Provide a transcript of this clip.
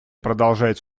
продолжает